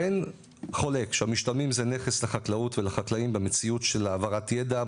אין חולק שהמשתלמים זה נכס לחקלאות ולחקלאים במציאות של העברת ידע,